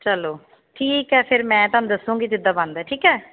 ਚਲੋ ਠੀਕ ਹੈ ਫਿਰ ਮੈਂ ਤੁਹਾਨੂੰ ਦੱਸੂਗੀ ਜਿੱਦਾਂ ਬਣਦਾ ਠੀਕ ਹੈ